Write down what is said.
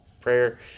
prayer